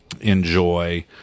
Enjoy